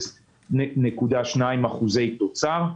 0.2% אחוזי תוצר,